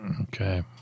Okay